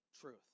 truth